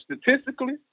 statistically